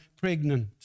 pregnant